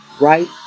right